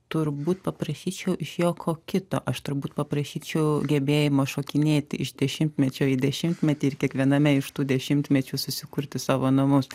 turbūt paprašyčiau iš jo ko kito aš turbūt paprašyčiau gebėjimo šokinėti iš dešimtmečio į dešimtmetį ir kiekviename iš tų dešimtmečių susikurti savo namus